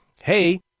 Hey